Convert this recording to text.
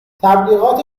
تبلیغات